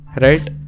right